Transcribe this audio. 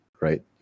right